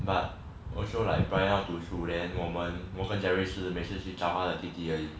but also like brian 要读书 then 我们我跟 jerry 是每次去找他的弟弟而已